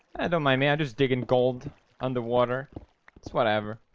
i know my man, just digging gold underwater. that's whatever